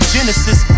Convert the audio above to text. Genesis